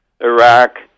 Iraq